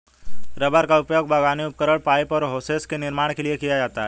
rubber का उपयोग बागवानी उपकरण, पाइप और होसेस के निर्माण के लिए किया जाता है